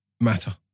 Matter